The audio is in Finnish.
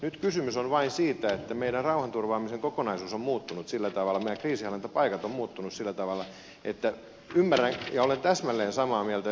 nyt kysymys on vain siitä että meidän rauhanturvaamisen kokonaisuus ja meidän kriisinhallintapaikat ovat muuttuneet sillä tavalla että ymmärrän ja olen täsmälleen samaa mieltä ed